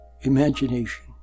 imagination